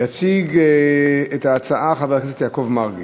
מס' 2533. יציג את ההצעה חבר הכנסת יעקב מרגי.